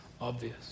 obvious